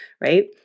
right